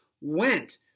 went